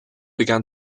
began